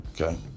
okay